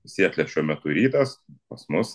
sietle šiuo metu rytas pas mus